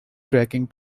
tracking